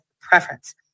preference